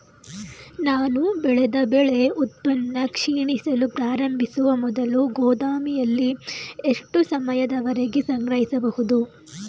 ನಾನು ಬೆಳೆದ ಬೆಳೆ ಉತ್ಪನ್ನ ಕ್ಷೀಣಿಸಲು ಪ್ರಾರಂಭಿಸುವ ಮೊದಲು ಗೋದಾಮಿನಲ್ಲಿ ಎಷ್ಟು ಸಮಯದವರೆಗೆ ಸಂಗ್ರಹಿಸಬಹುದು?